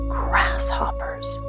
grasshoppers